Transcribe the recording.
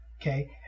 Okay